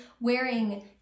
wearing